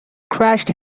crashed